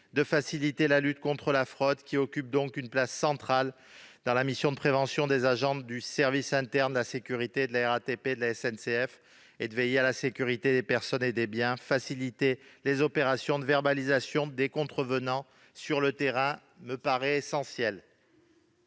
de faciliter la lutte contre la fraude, qui occupe une place centrale dans la mission de prévention des agents du service interne de sécurité de la RATP et de la SNCF, et de veiller à la sécurité des personnes et des biens. Faciliter les opérations de verbalisation des contrevenants sur le terrain me paraît essentiel.